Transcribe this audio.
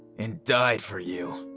and died for you.